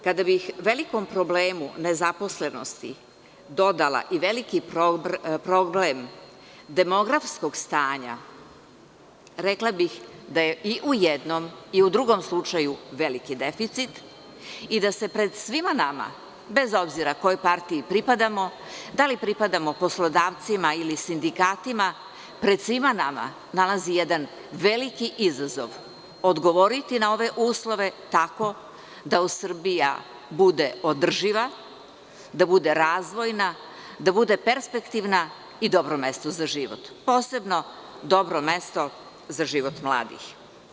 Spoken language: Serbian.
Kada bih velikom problemu nezaposlenosti dodala i veliki problem demografskog stanja, rekla bih da je i u jednom i u drugom slučaju veliki deficit i da se pred svima nama, bez obzira kojoj partiji pripadamo, da li pripadamo poslodavcima ili sindikatima, pred svima nama, nalazi jedan veliki izazov, odgovoriti na ove uslove tako da Srbija bude održiva, da bude razvojna, perspektivna i dobro mesto za život, posebno dobro mesto za život mladih.